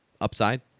upside